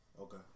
Okay